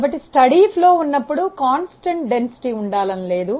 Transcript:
కాబట్టి స్థిరమైన ప్రవాహం ఉన్నప్పుడు స్థిర సాంద్రత ఉండకూడదు